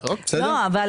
בסדר?